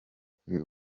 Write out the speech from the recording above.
kuri